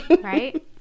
right